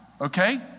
okay